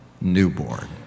newborn